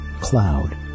cloud